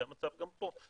זה המצב גם פה.